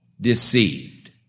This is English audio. deceived